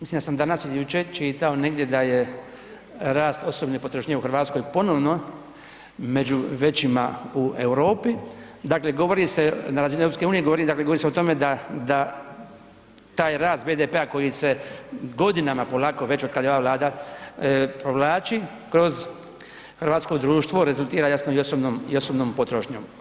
Mislim da sam danas ili jučer čitao negdje da je rast osobne potrošnje u Hrvatskoj ponovno među većima u Europi, dakle govori se na razini EU, dakle govori se o tome da taj rast BDP-a koji se godinama polako već od kada je ova Vlada provlači kroz hrvatsko društvo rezultira jasno i osobnom potrošnjom.